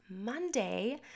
Monday